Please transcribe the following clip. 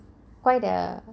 mm